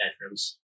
bedrooms